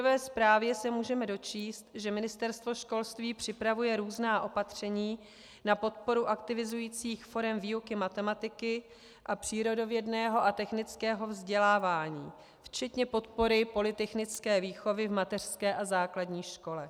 V důvodové zprávě se můžeme dočíst, že Ministerstvo školství připravuje různá opatření na podporu aktivizujících forem výuky matematiky a přírodovědného a technického vzdělávání, včetně podpory polytechnické výchovy v mateřské a základní škole.